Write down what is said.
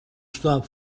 stop